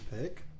pick